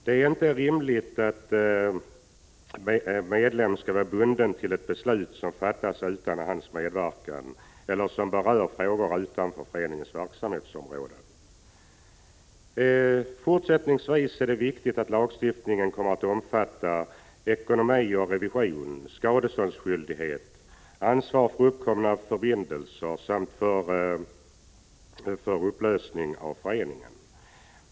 Det är inte rimligt att en medlem skall vara bunden av ett beslut som fattas utan hans medverkan eller som berör frågor utanför föreningens verksamhetsområde. Fortsättningsvis är det viktigt att lagstiftningen kommer att omfatta ekonomi och revision, skadeståndsskyldighet, ansvar för uppkomna förbindelser samt upplösning av föreningen.